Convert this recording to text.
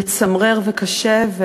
זה מצמרר וקשה.